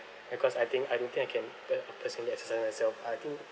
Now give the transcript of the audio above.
uh cause I think I don't think I can per~ personally exercise myself I think